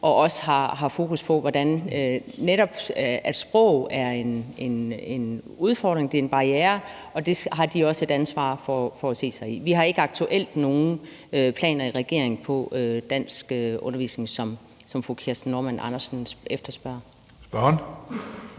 de også har fokus på, hvordan netop sproget er en udfordring og en barriere, og det har de også et ansvar for at se på. Vi har i regeringen ikke aktuelt nogen planer med hensyn til danskundervisning, som fru Kirsten Normann Andersen efterspørger. Kl.